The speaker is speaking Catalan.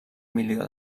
milió